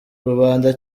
rubanda